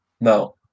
No